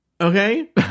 Okay